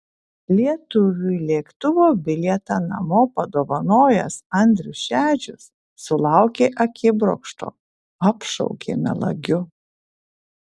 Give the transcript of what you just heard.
lietuviui lėktuvo bilietą namo padovanojęs andrius šedžius sulaukė akibrokšto apšaukė melagiu